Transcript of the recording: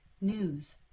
news